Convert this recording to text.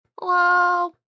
Hello